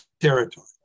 territory